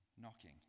knocking